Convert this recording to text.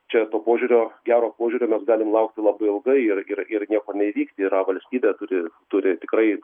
čia to požiūrio gero požiūrio mes galim laukti labai ilgai ir ir ir nieko neįvykti yra valstybė turi turi tikrai